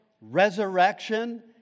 resurrection